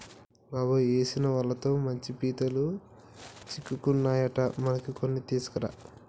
బాబాయ్ ఏసిన వలతో మంచి పీతలు సిక్కుకున్నాయట మనకి కొన్ని తీసుకురా